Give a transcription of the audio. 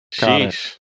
sheesh